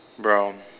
brown